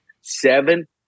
Seven